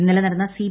ഇന്നലെ നടന്ന സി